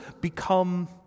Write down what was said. become